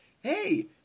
hey